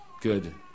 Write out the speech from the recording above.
Good